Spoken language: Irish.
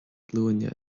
glúine